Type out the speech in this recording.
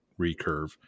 recurve